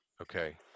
Okay